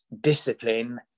discipline